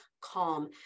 calm